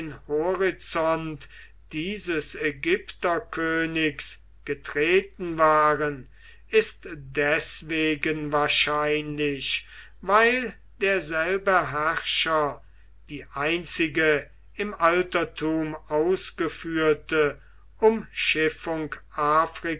horizont dieses ägypterkönigs getreten waren ist deswegen wahrscheinlich weil derselbe herrscher die einzige im altertum ausgeführte umschiffung